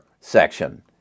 section